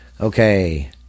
Okay